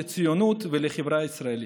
לציונות ולחברה הישראלית.